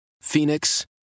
Phoenix